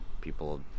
people